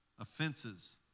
Offenses